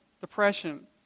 depression